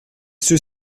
ceux